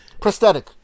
Prosthetic